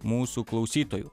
mūsų klausytojų